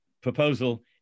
proposal